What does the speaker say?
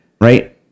right